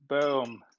Boom